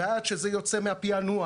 ועד שזה יוצא מהפיענוח,